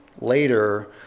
later